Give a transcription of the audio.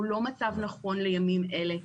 הוא לא מצב נכון לימים אלה.